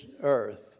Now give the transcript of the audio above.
earth